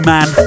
Man